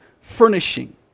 furnishing